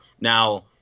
Now